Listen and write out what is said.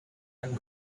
and